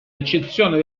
eccezione